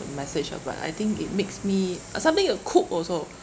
message uh but I think it makes me uh something with cook also